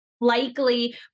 likely